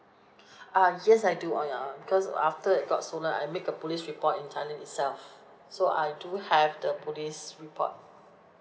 uh yes I do on ya uh because after it got stolen I make a police report in thailand itself so I do have the police report